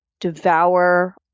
devour